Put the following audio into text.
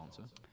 answer